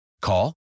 Call